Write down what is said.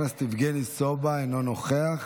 חבר הכנסת יבגני סובה, אינו נוכח.